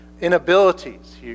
inabilities